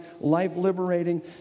life-liberating